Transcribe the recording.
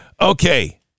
Okay